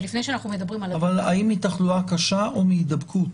אבל האם מתחלואה קשה או מהידבקות?